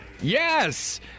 Yes